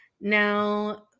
Now